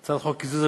על החוק הקודם